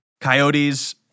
coyotes